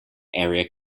area